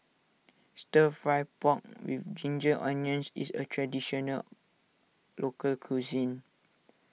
Stir Fry Pork with Ginger Onions is a Traditional Local Cuisine